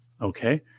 Okay